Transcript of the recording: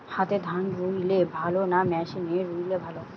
হাতে ধান রুইলে ভালো না মেশিনে রুইলে ভালো?